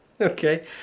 Okay